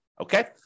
Okay